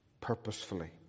purposefully